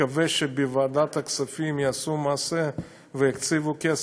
אני מקווה שבוועדת הכספים יעשו מעשה ויקציבו כסף,